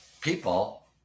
People